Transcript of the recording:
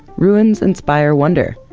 ruins inspire wonder,